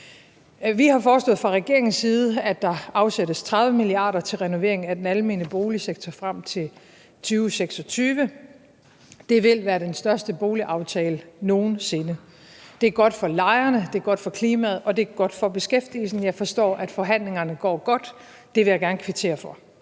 Vi har foreslået fra regeringens side, at der afsættes 30 mia. kr. til renovering af den almene boligsektor frem til 2026. Det vil være den største boligaftale nogen sinde. Det er godt for lejerne, det er godt for klimaet, og det er godt for beskæftigelsen. Jeg forstår, at forhandlingerne går godt, og det vil jeg gerne kvittere for.